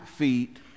feet